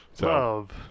Love